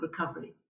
recovery